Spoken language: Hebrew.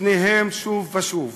בפניהם שוב ושוב.